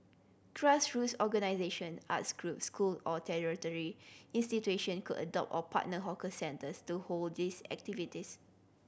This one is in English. grassroots organisation arts groups school or tertiary institution could adopt or partner hawker centres to hold these activities